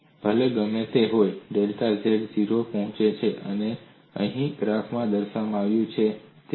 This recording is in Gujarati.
તેથી ભલે ગમે તે હોય ડેલ્ટા z 0 સુધી પહોંચે છે જે અહીં ગ્રાફમાં દર્શાવવામાં આવ્યું છે